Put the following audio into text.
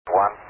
One